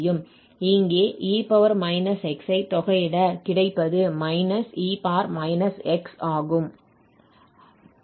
இங்கே e−x ஐ தொகையிட கிடைப்பது −e−x ஆகும்